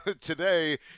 today